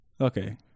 Okay